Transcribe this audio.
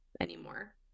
anymore